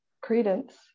credence